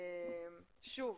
שוב,